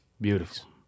Beautiful